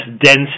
dense